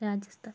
Rajasthan